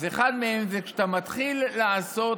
אז אחד מהם זה שכשאתה מתחיל לעשות